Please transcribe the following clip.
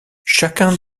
chacun